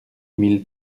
mille